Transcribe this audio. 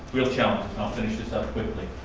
real challenges, and i'll finish this up quickly.